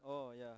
oh yeah